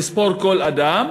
לספור כל אדם,